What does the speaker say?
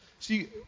See